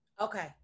Okay